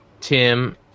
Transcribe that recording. Tim